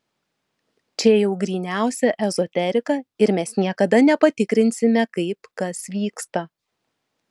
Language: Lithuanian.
čia jau gryniausia ezoterika ir mes niekada nepatikrinsime kaip kas vyksta